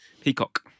Peacock